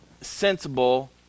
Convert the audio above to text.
sensible